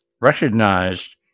recognized